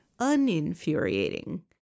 uninfuriating